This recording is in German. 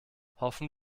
hoffen